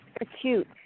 acute